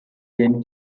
gen